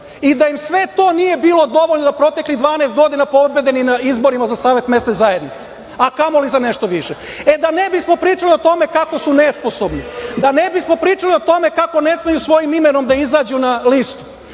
i da im sve to nije bilo dovoljno proteklih 12 godina da pobede ni na izborima za savet mesne zajednice, a kamoli za nešto više. E, da ne bismo pričali o tome kako su nesposobni, da ne bismo pričali o tome kako ne smeju svojim imenom da izađu na listu,